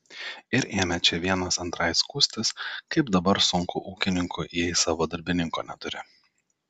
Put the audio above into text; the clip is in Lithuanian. ir ėmė čia vienas antrai skųstis kaip dabar sunku ūkininkui jei savo darbininko neturi